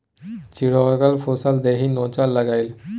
चिचोढ़क फुलसँ देहि नोचय लागलै